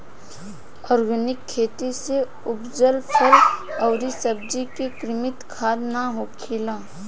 organic खेती से उपजल फल अउरी सब्जी में कृत्रिम खाद ना होखेला